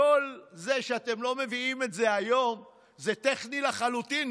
כל זה שאתם לא מביאים את זה היום זה טכני לחלוטין,